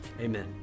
amen